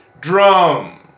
drum